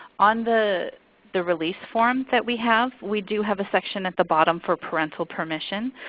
on the the release form that we have, we do have a section at the bottom for parental permission.